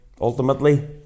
ultimately